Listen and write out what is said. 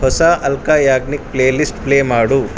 ಹೊಸ Alka Yagnik playlist play ಮಾಡು